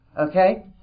Okay